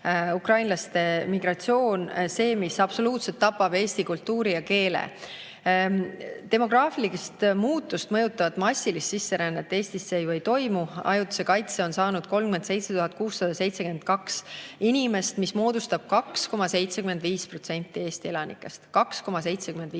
ukrainlaste migratsioon see, mis absoluutse [kindlusega] tapab eesti kultuuri ja keele. Demograafilist muutust mõjutavat massilist sisserännet Eestisse ju ei toimu. Ajutise kaitse on saanud 37 672 inimest, mis moodustab 2,75% Eesti elanikest. 2,75%